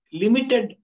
limited